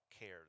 care